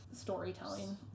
storytelling